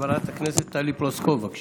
חברת הכנסת טלי פלוסקוב, בבקשה.